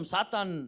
Satan